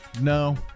No